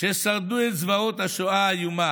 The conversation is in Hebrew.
ששרדו את זוועות השואה האיומה,